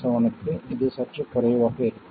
7 க்கு இது சற்று குறைவாக இருக்கும்